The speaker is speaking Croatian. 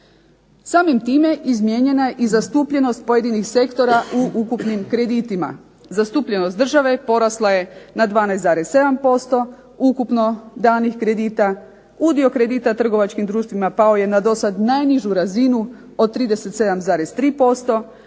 Samim time izmijenjena je i zastupljenost pojedinih sektora u ukupnim kreditima. Zastupljenost države porasla je na 12,7% ukupno danih kredita. Udio kredita trgovačkim društvima pao je na dosad najnižu razinu od 37,3%